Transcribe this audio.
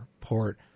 port